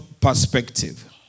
perspective